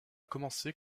commencé